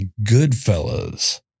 Goodfellas